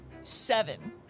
Seven